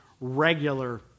regular